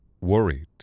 Worried